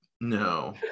no